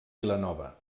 vilanova